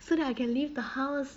so that I can leave the house